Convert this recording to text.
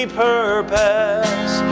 purpose